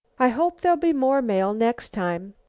i hope there'll be more mail next time.